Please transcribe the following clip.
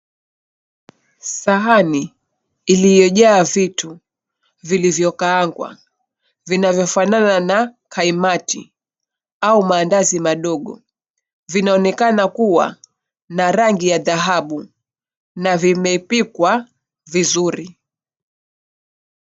Sahani iliyojaa vitu vilivyo kaangwa vinavyo fanana na kaimati ama mandazi madogo. Vinaonekana kua na rangi ya dhahabu na vimepikwa vizuri.